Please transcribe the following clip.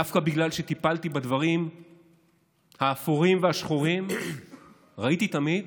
דווקא בגלל שטיפלתי בדברים האפורים והשחורים ראיתי תמיד